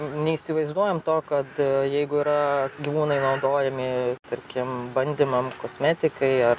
neįsivaizduojam to kad jeigu yra gyvūnai naudojami tarkim bandymam kosmetikai ar